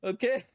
Okay